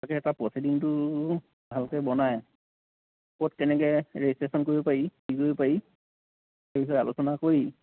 তাকে এটা প্ৰচিডিংটো ভালকৈ বনায় ক'ত কেনেকৈ ৰেজিষ্ট্ৰেশ্যন কৰিব পাৰি কি কৰিব পাৰি সেই বিষয়ে আলোচনা কৰি